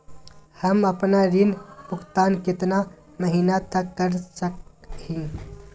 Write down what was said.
हम आपन ऋण भुगतान कितना महीना तक कर सक ही?